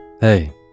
Hey